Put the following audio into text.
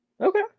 Okay